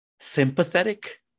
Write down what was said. sympathetic